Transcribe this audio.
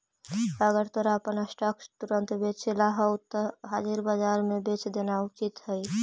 अगर तोरा अपन स्टॉक्स तुरंत बेचेला हवऽ त हाजिर बाजार में बेच देना उचित हइ